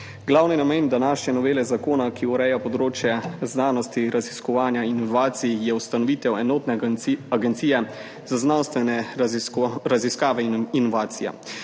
Glavni namen današnje novele zakona, ki ureja področje znanstvenega raziskovanja in inovacij, je ustanovitev enotne agencije za znanstvene raziskave in inovacije.